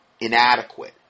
inadequate